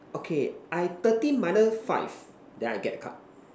okay I thirteen minus five then I get the card